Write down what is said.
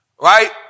Right